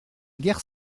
guerre